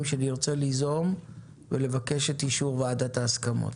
שנרצה ליזום ולבקש אישור ועדת ההסכמות.